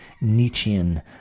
Nietzschean